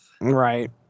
right